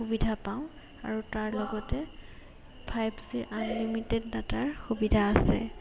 সুবিধা পাওঁ আৰু তাৰ লগতে ফাইভ জিৰ আনলিমিটেড ডাটাৰ সুবিধা আছে